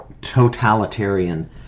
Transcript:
totalitarian